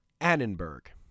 Annenberg